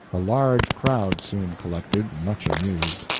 a large crowd soon collected, much amused.